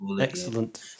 Excellent